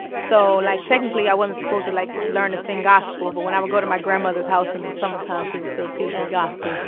so like, technically, i wasn't supposed to, like, learn to sing gospel. but when i would go to my grandmother's house in the summertime, she would still teach me gospel